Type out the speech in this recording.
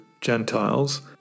Gentiles